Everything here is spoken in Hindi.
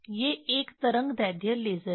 ये एक तरंगदैर्ध्य लेज़र हैं